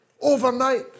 overnight